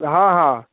हँ हँ